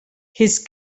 his